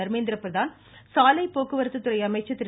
தர்மேந்திர பிரதான் சாலை போக்குவரத்து துறை அமைச்சர் திரு